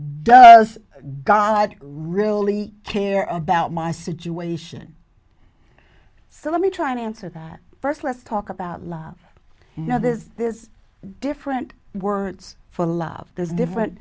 does god really care about my situation so let me try to answer first let's talk about love you know there's this different words for love there's different